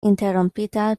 interrompita